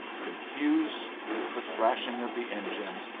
confused with the thrashing of the engines,